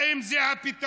האם זה הפתרון?